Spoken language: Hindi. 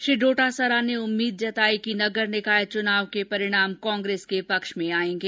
श्री डोटासरा ने उम्मीद जताई कि नगर निकाय चुनाव के परिणाम कांग्रेस के पक्ष में आयेंगे